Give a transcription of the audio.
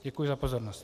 Děkuji za pozornost.